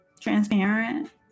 transparent